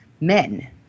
Men